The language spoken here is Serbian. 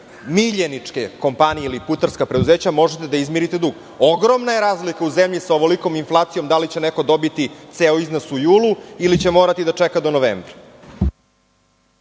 miljeničke kompanije ili putarska preduzeća, možete da izmirite dug. Ogromna je razlika u zemlji sa ovolikom inflacijom da li će neko dobiti ceo iznos u julu ili će morati da čeka do novembra.